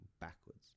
backwards